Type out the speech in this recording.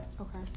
Okay